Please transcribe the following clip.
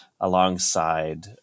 alongside